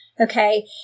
Okay